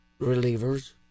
relievers